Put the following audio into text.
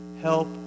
help